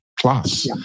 plus